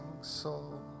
soul